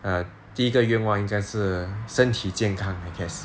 err 第一个愿望应该是身体健康 I guess